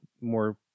more